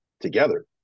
together